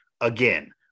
again